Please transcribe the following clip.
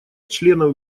членов